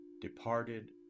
departed